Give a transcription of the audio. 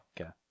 Okay